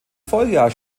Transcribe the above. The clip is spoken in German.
folgejahr